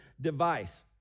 device